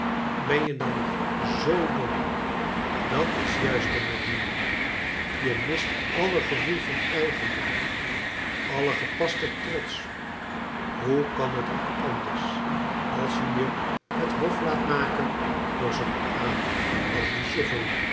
ben je dan nog z dom dat is juist de manier je mist alle gevoel van eigenwaarde alle gepasten trots hoe kan t ook anders als je je het hof laat maken door zoo'n aap als die